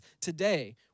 today